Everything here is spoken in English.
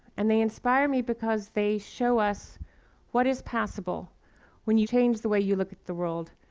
and they inspire me because they show us what is possible when you change the way you look at the world,